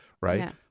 right